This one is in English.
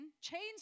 chains